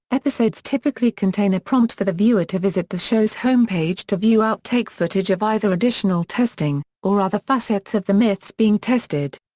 episodes typically contain a prompt for the viewer to visit the show's homepage to view outtake footage of either additional testing, or other facets of the myths being tested.